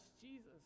Jesus